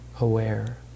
aware